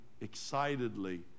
excitedly